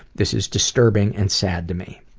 this is disturbing and sad to me.